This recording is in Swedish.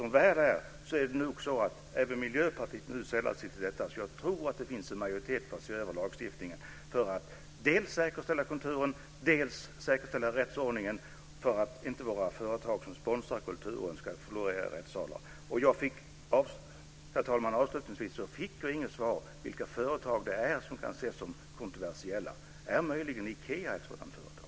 Som väl är har nog även Miljöpartiet också sällat sig detta nu, så jag tror att det finns en majoritet för att se över lagstiftningen för att dels säkerställa kulturen, dels säkerställa rättsordningen så att inte de företag som sponsrar kulturen ska florera i rättssalar. Herr talman! Jag fick inget svar på vilka företag det är som kan ses som kontroversiella. Är möjligen Ikea ett sådant företag?